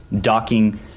docking